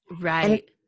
Right